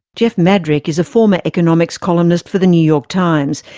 jeff madrick is a former economics columnist for the new york times,